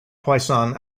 poisson